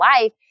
life